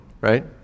right